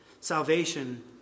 Salvation